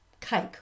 cake